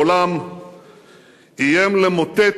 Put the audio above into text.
המשבר הכלכלי שפקד את העולם איים למוטט